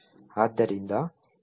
ಆದ್ದರಿಂದ ಈ ಡೆಮೊವನ್ನು ಪ್ರಾರಂಭಿಸೋಣ